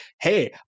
hey